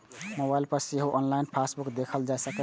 mobile पर सेहो online passbook देखल जा सकैए